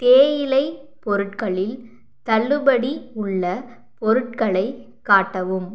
தேயிலை பொருட்களில் தள்ளுபடி உள்ள பொருட்களை காட்டவும்